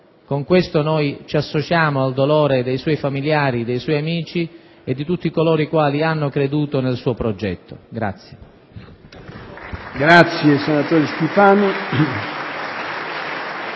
Con questo ci associamo al dolore dei suoi familiari e dei suoi amici e di tutti coloro che hanno creduto nel suo progetto.